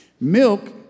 Milk